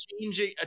changing